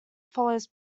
follows